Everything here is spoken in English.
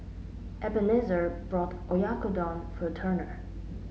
Ebenezer bought Oyakodon for Turner